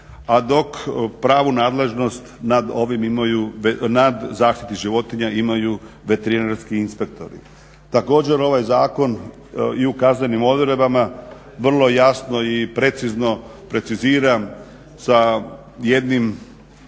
a dok pravu nadležnost nad ovi imaju, nad zaštitim životinja imaju veterinarski inspektori. Također, ovaj zakon i u kaznenim odredbama vrlo jasno i precizno precizira sa jednim